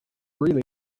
really